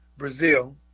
Brazil